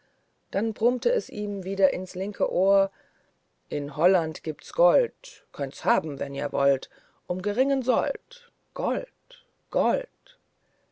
dann brummte es ihm wieder ins linke ohr in holland gibt's gold könntet's haben wenn ihr wollt um geringen sold gold gold